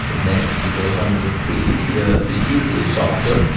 next because under the trees the earth is usually softer,